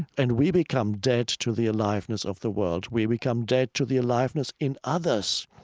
and we become dead to the aliveness of the world. we become dead to the aliveness in others.